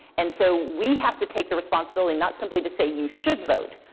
and so we have to take the responsibility, not simply to say you should vote,